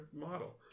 model